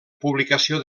publicació